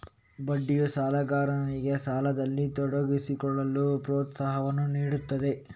ಬಡ್ಡಿಯು ಸಾಲಗಾರನಿಗೆ ಸಾಲದಲ್ಲಿ ತೊಡಗಿಸಿಕೊಳ್ಳಲು ಪ್ರೋತ್ಸಾಹವನ್ನು ನೀಡುತ್ತದೆ